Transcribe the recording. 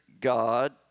God